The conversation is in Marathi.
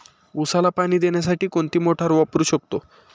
उसाला पाणी देण्यासाठी कोणती मोटार वापरू शकतो?